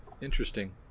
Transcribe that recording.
Interesting